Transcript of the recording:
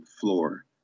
floor